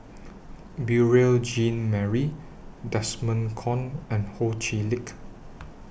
Beurel Jean Marie Desmond Kon and Ho Chee Lick